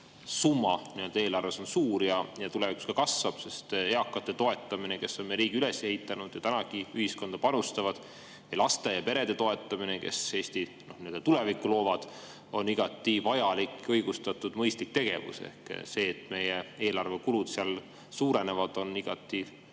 summa eelarves on suur ja tulevikus ka kasvab, sest eakate toetamine, kes on meie riigi üles ehitanud ja tänagi ühiskonda panustavad, ning laste ja perede toetamine, kes Eesti tulevikku loovad, on igati vajalik, õigustatud ja mõistlik tegevus. Ehk see, et meie eelarvekulud sellele suurenevad, on igati